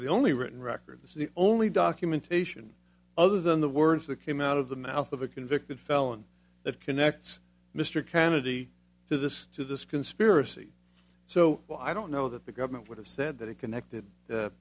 of the only written record this is the only documentation other than the words that came out of the mouth of a convicted felon that connects mr kennedy to this to this conspiracy so while i don't know that the government would have said that it connected